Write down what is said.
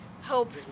hope